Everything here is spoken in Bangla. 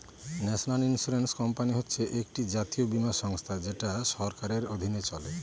ন্যাশনাল ইন্সুরেন্স কোম্পানি হচ্ছে একটি জাতীয় বীমা সংস্থা যেটা সরকারের অধীনে চলে